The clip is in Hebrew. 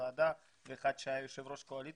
ועדה ואחד שהיה יושב ראש הקואליציה,